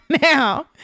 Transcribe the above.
now